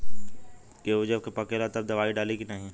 गेहूँ जब पकेला तब दवाई डाली की नाही?